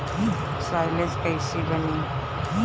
Silage कईसे बनी?